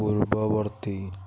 ପୂର୍ବବର୍ତ୍ତୀ